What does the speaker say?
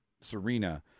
Serena